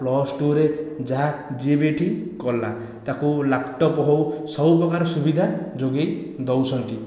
plus ଟୁରେ ଯାହା ଯିଏ ବି ଏଠି କଲା ତାକୁ ଲ୍ୟାପଟପ ହେଉ ସବୁପ୍ରକାର ସୁବିଧା ଯୋଗାଇ ଦେଉଛନ୍ତି